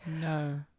No